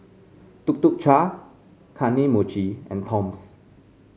Tuk Tuk Cha Kane Mochi and Toms